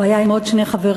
והוא היה עם עוד שני חברים.